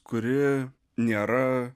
kuri nėra